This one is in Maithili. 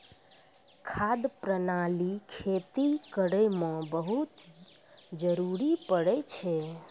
खाद प्रणाली खेती करै म बहुत जरुरी पड़ै छै